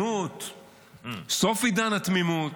סוף עידן התמימות.